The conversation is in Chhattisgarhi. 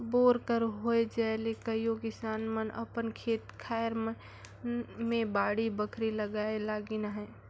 बोर कर होए जाए ले कइयो किसान मन अपन खेते खाएर मन मे बाड़ी बखरी लगाए लगिन अहे